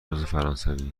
فرانسوی